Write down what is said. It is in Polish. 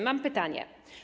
Mam pytanie.